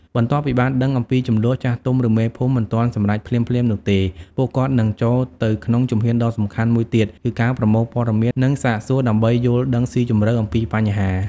បន្ទាប់ពីបានដឹងអំពីជម្លោះ ចាស់ទុំ ឬមេភូមិ មិនទាន់សម្រេចភ្លាមៗនោះទេ។ ពួកគាត់នឹងចូលទៅក្នុងជំហានដ៏សំខាន់មួយទៀត គឺការប្រមូលព័ត៌មាន និងសាកសួរ ដើម្បីយល់ដឹងស៊ីជម្រៅអំពីបញ្ហា។